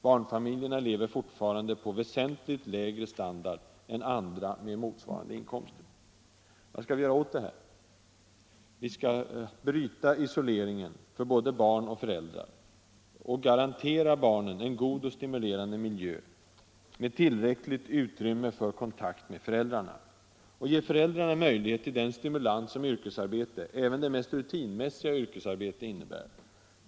Barnfamiljerna lever fortfarande på väsentligt lägre standard än andra med motsvarande inkomster. Vad skall vi göra åt det här? Jo, vi skall bryta isoleringen för både barn och föräldrar och garantera barnen en god och stimulerande miljö, med tillräckligt utrymme för kontakt med föräldrarna. Ge föräldrarna möjlighet till den stimulans som yrkesarbete — även det mest rutinmässiga yrkesarbete — innebär.